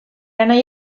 anai